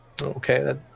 Okay